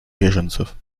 беженцев